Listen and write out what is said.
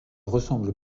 ressemblent